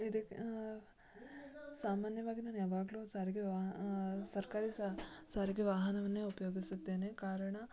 ಇದು ಸಾಮಾನ್ಯವಾಗಿ ನಾನು ಯಾವಾಗಲೂ ಸಾರಿಗೆ ವಾ ಸರ್ಕಾರಿ ಸಾರಿಗೆ ವಾಹನವನ್ನೇ ಉಪಯೋಗಿಸುತ್ತೇನೆ ಕಾರಣ